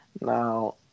Now